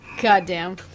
Goddamn